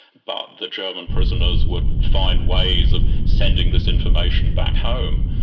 but the german prisoners would find ways of sending this information back home.